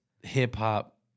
hip-hop